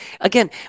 again